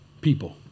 people